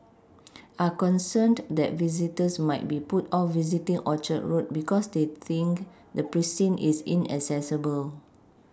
are concerned that visitors might be put off visiting Orchard road because they think the precinct is inaccessible